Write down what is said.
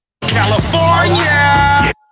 California